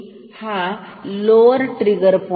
हा आहे lower trigger points